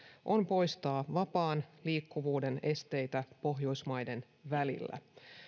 on poistaa vapaan liikkuvuuden esteitä pohjoismaiden välillä